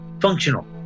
functional